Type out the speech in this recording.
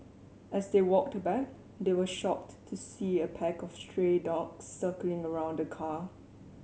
as they walked back they were shocked to see a pack of stray dogs circling around the car